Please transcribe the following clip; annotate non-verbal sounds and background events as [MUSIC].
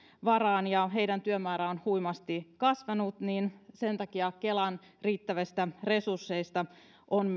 varaan heidän työmääränsä on huimasti kasvanut ja sen takia myös kelan riittävistä resursseista on [UNINTELLIGIBLE]